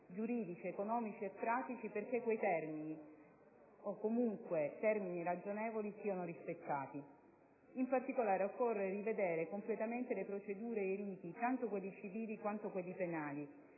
giuridici, economici e pratici perché quei termini (o comunque termini ragionevoli) siano rispettati. In particolare, occorre rivedere completamente le procedure e i riti, tanto quelli civili quanto quelli penali,